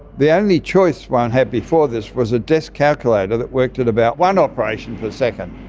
the only choice one had before this was a desk calculator that worked at about one operation per second.